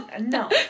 No